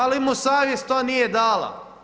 Ali mu savjest to nije dala.